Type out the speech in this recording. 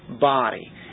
body